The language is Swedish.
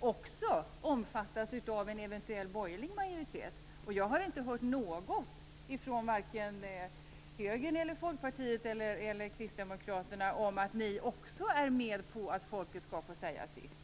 också omfattas av en eventuell borgerlig majoritet. Jag har inte hört något från vare sig Högern, Folkpartiet eller Kristdemokraterna om att också ni är med på att folket skall få säga sitt.